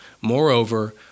moreover